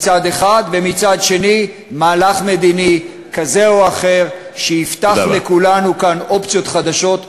ומצד שני מהלך מדיני כזה או אחר שיפתח לכולנו כאן אופציות חדשות,